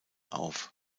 auf